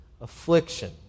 affliction